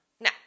Now